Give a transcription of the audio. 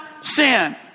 sin